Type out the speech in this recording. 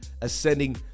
ascending